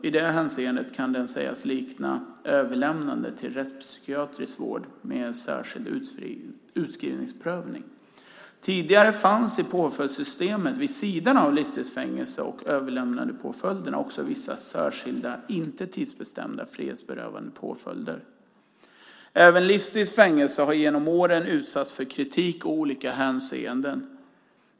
I det hänseendet kan det sägas likna överlämnandet till rättspsykiatrisk vård med särskild utskrivningsprövning. Tidigare fanns i påföljdssystemet vid sidan av livstids fängelse och överlämnandepåföljderna också vissa särskilda inte tidsbestämda frihetsberövande påföljder. Även livstids fängelse har genom åren utsatts för kritik i olika hänseenden.